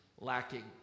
lacking